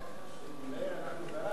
ערך מוסף